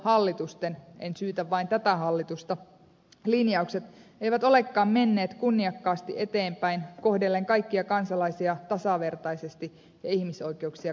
hallitusten en syytä vain tätä hallitusta linjaukset eivät olekaan menneet kunniakkaasti eteenpäin kohdellen kaikkia kansalaisia tasavertaisesti ja ihmisoikeuksia kunnioittaen